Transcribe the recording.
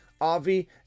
Avi